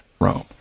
Rome